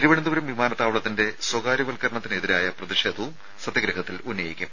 തിരുവനന്തപുരം വിമാനത്താവളത്തിന്റെ സ്വകാര്യവൽക്കരണത്തിനെതിരായ പ്രതിഷേധവും സത്യഗ്രഹത്തിൽ ഉന്നയിക്കും